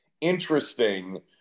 interesting